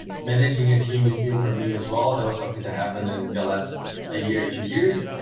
managing your team is doing for me as well there was something to happen in the last a year two years